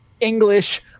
English